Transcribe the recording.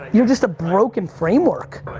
you're just a broken framework.